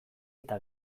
eta